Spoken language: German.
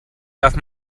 darf